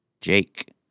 Jake